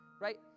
right